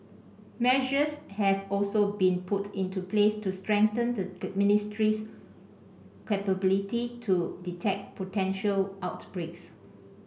measures have also been put into place to strengthen the ministry's capability to detect potential outbreaks